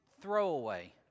throwaway